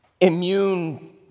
immune